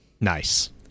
nice